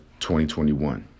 2021